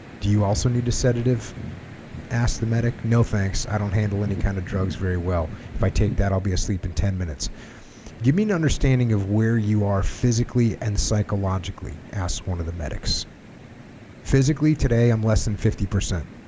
do you also need a sedative ask the medic no thanks i don't handle any kind of drugs very well if i take that i'll be asleep in ten minutes give me an understanding of where you are physically and psychologically ask one of the medics physically today i'm less than fifty percent